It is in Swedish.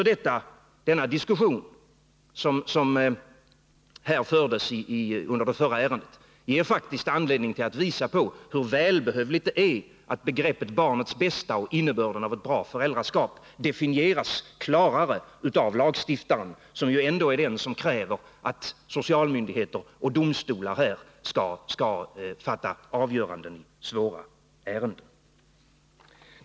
Den diskussion som fördes vid behandlingen av föregående ärende ger mig faktiskt anledning att visa på hur välbehövligt det är att begreppet ”barns bästa” och innebörden av ett bra föräldraskap definieras klarare av lagstiftaren, som ändå är den som kräver att socialmyndigheter och domstolar skall avgöra svåra ärenden.